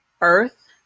Earth